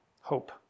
Hope